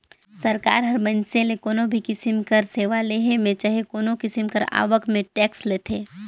सरकार ह मइनसे ले कोनो भी किसिम कर सेवा लेहे में चहे कोनो किसिम कर आवक में टेक्स लेथे